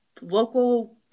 local